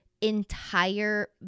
entire